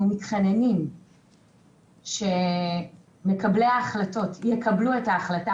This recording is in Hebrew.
אנחנו מתחננים שמקבלי ההחלטות יקבלו את ההחלטה,